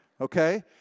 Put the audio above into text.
okay